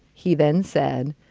he then said,